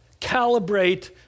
calibrate